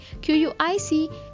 QUIC